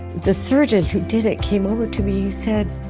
the surgeon who did it came over to me, he said